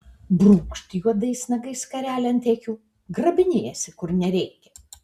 brūkšt juodais nagais skarelę ant akių grabinėjasi kur nereikia